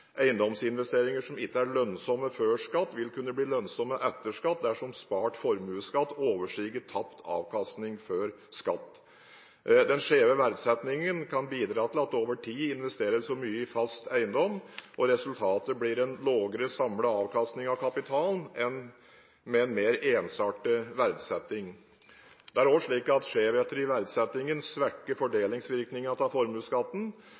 Eiendomsinvesteringer som ikke er lønnsomme før skatt, vil kunne bli lønnsomme etter skatt dersom spart formuesskatt overstiger tapt avkastning før skatt. Den skjeve verdsettingen kan bidra til at det over tid investeres for mye i fast eiendom. Resultatet blir en lavere samlet avkastning av kapitalen enn med en mer ensartet verdsetting. Skjevheter i verdsettingen svekker også fordelingsvirkningene av formuesskatten. Det er både tiltrekkende og